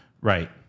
right